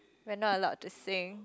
we are not allow to sing